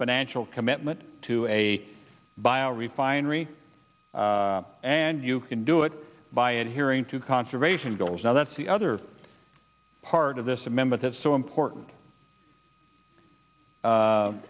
financial commitment to a bio refinery and you can do it by adhering to conservation goals now that's the other part of this amendment that's so important